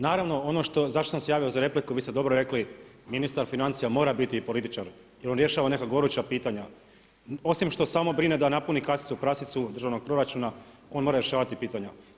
Naravno, ono zašto sam se javio na repliku, vi ste dobro rekli, ministar financija mora biti i političar jer on rješava neka goruća pitanja osim što samo brine na napuni kasicu prasicu državnog proračuna, on mora rješavati pitanja.